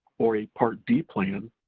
or a part d plan,